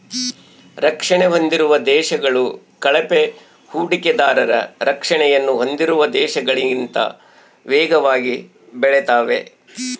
ರಕ್ಷಣೆ ಹೊಂದಿರುವ ದೇಶಗಳು ಕಳಪೆ ಹೂಡಿಕೆದಾರರ ರಕ್ಷಣೆಯನ್ನು ಹೊಂದಿರುವ ದೇಶಗಳಿಗಿಂತ ವೇಗವಾಗಿ ಬೆಳೆತಾವೆ